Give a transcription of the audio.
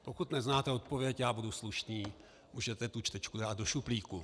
Pokud neznáte odpověď, já budu slušný, můžete tu čtečku dát do šuplíku.